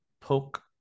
poke